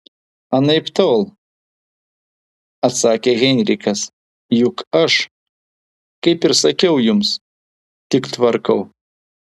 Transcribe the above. anaiptol atsakė heinrichas juk aš kaip ir sakiau jums tik tvarkau